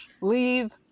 leave